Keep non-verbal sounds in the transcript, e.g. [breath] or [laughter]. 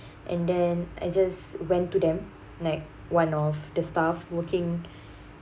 and then I just went to them like one of the staff working [breath]